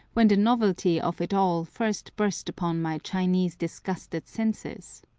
when the novelty of it all first burst upon my chinese-disgusted senses?